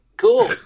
cool